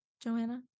Joanna